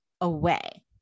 away